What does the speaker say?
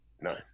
None